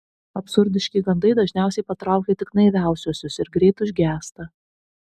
absurdiški gandai dažniausiai patraukia tik naiviausiuosius ir greit užgęsta